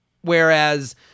whereas